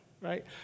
right